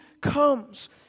comes